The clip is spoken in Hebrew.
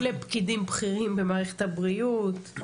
לפקידים בכירים במערכת הבריאות,